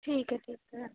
ਠੀਕ ਹੈ ਠੀਕ ਹੈ